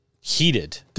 heated